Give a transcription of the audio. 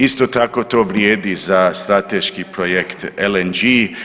Isto tako to vrijedi za strateški projekt LNG.